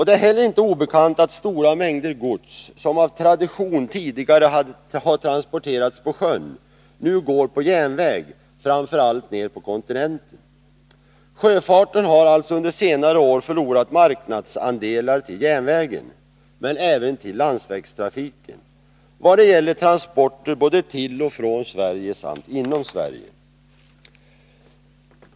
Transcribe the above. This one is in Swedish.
Det är inte heller obekant att stora mängder gods som av tradition tidigare har transporterats på sjön nu går på järnväg, framför allt ner på kontinenten. Sjöfarten har alltså under senare år förlorat marknadsandelar till järnvägen — men även till landsvägstrafiken — i vad det gäller transporter både till och från Sverige samt inom Sverige.